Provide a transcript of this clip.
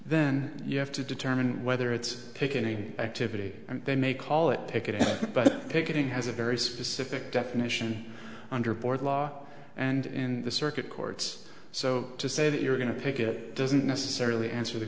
then you have to determine whether it's picking activity they may call it take it but picketing has a very specific definition under board law and in the circuit courts so to say that you're going to pick it doesn't necessarily answer the